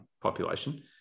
population